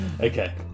Okay